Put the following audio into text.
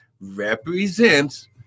represents